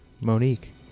Monique